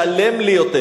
תשלם לי יותר.